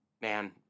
man